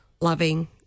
loving